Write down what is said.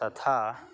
तथा